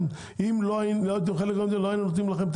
אם לא הייתם חלק מהמדינה לא היינו נותנים לכם את